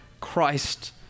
Christ